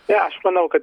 ne aš manau kad